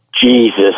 Jesus